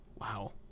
Wow